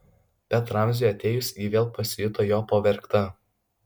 bet ramziui atėjus ji vėl pasijuto jo pavergta